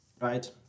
right